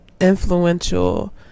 influential